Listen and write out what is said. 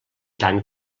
tant